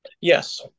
Yes